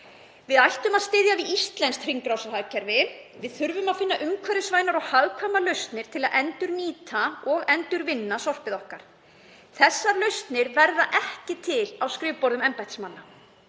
Við ættum að styðja við íslenskt hringrásarhagkerfi. Við þurfum að finna umhverfisvænar og hagkvæmar lausnir til að endurnýta og endurvinna sorpið okkar. Þessar lausnir verða ekki til á skrifborðum embættismanna.